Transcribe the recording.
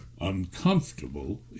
uncomfortable